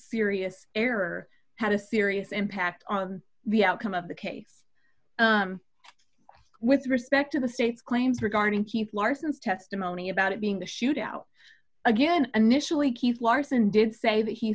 serious error had a serious impact on the outcome of the case with respect to the state's claims regarding people arsons testimony about it being the shootout again initially keith larson did say that he